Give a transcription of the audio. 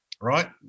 Right